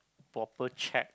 proper check